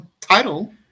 title